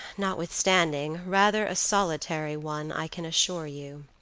notwithstanding, rather a solitary one, i can assure you.